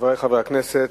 חברי חברי הכנסת,